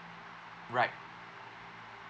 right